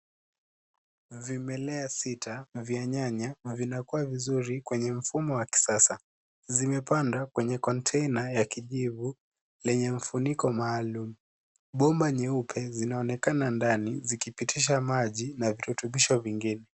Vimelea sita vya nyanya vinakua vizuri kwenye mfumo wa kisasa. Zimepanda kwenye kontena ya kijivu lenye mfuniko maalum. Bomba nyeupe zinaonekana ndani zikipitisha maji na virutubisho vingine.